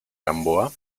gamboa